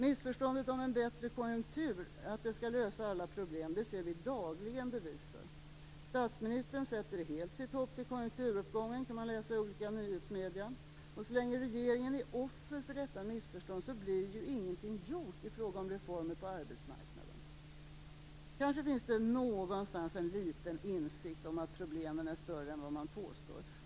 Missförståndet om att en bättre konjunktur skall lösa alla problem ser vi dagligen bevis för. Statsministern sätter helt sitt hopp till konjunkturuppgången. Det kan man läsa om i olika nyhetsmedier. Och så länge regeringen är offer för detta missförstånd blir ju ingenting gjort i fråga om reformer på arbetsmarknaden. Kanske finns det någonstans en liten insikt om att problemen är större än vad som påstås.